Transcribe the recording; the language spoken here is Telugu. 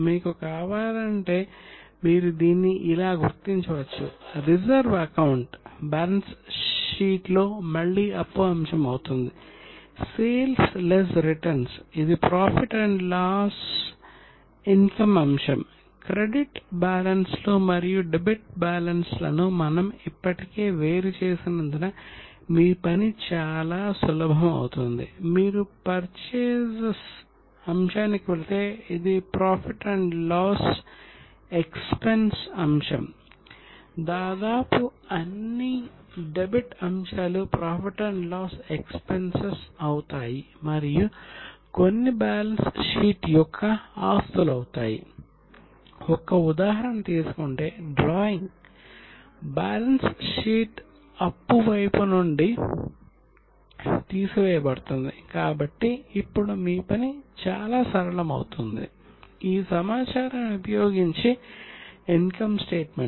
మీకు కావాలంటే మీరు దీన్ని ఇలా గుర్తించవచ్చు రిజర్వ్ అకౌంట్ మరియు బ్యాలెన్స్ షీట్ సిద్ధం చేద్దాం